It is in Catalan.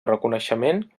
reconeixement